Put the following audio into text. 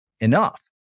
enough